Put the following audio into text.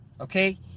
okay